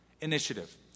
initiative